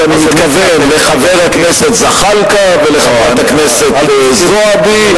ואני מתכוון לחבר הכנסת זחאלקה ולחברת הכנסת זועבי.